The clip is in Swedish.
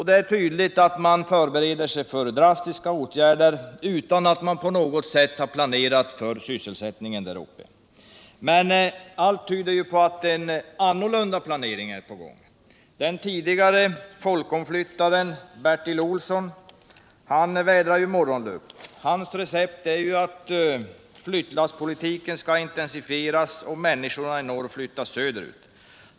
Det är tydligt att man förbereder sig för drastiska åtgärder utan att man på något sätt har planerat för sysselsättningen där uppe. Men allt tyder på att en annorlunda planering är på gång. Den tidigare folkomflyttaren Bertil Olsson vädrar morgonluft. Hans recept är att flyttlasspolitiken skall intensifieras och människorna i norr flyttas söderut.